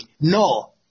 No